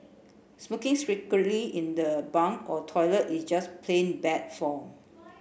smoking secretly in the bunk or toilet is just plain bad form